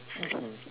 mmhmm